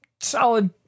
solid